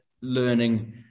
learning